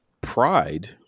pride